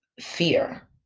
Fear